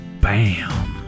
bam